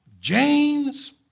James